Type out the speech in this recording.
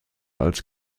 als